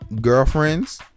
Girlfriends